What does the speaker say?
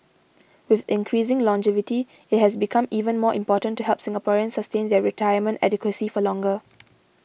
with increasing longevity it has become even more important to help Singaporeans sustain their retirement adequacy for longer